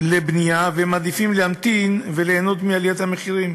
לבנייה ומעדיפים להמתין וליהנות מעליית המחירים.